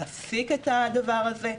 להפסיק את הדבר הזה.